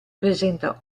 presenta